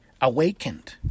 awakened